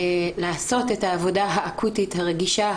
לעשות את העבודה האקוטית הרגישה,